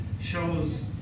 shows